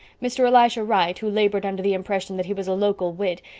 mr. elisha wright, who labored under the impression that he was a local wit,